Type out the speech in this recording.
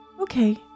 Okay